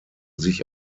sich